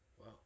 Wow